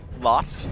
lot